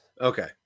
Okay